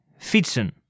fietsen